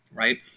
right